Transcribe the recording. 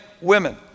women